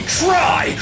try